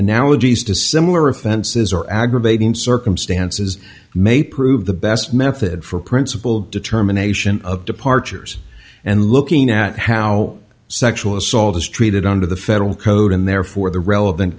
analogies to similar offenses or aggravating circumstances may prove the best method for principled determination of departures and looking at how sexual assault is treated under the federal code and therefore the relevant